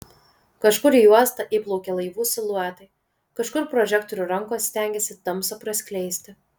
kažkur į uostą įplaukia laivų siluetai kažkur prožektorių rankos stengiasi tamsą praskleisti